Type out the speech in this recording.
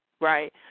right